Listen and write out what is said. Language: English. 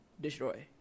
destroy